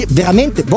veramente